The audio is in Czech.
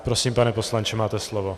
Prosím, pane poslanče, máte slovo.